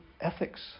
ethics